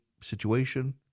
situation